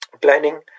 planning